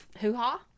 hoo-ha